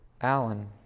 Alan